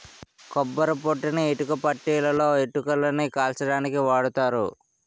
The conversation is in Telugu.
కొబ్బరి పొట్టుని ఇటుకబట్టీలలో ఇటుకలని కాల్చడానికి వాడతారు